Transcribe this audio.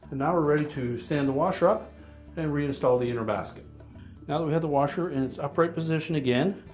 and now we're ready to stand the washer up and reinstall the inner basket now that we have the washer in its upright position again,